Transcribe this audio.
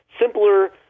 Simpler